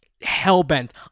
hell-bent